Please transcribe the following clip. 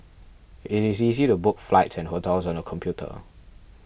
it is easy to book flights and hotels on the computer